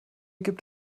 gibt